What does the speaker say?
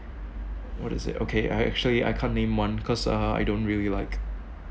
what is it okay I actually I can't name one because uh I don't really like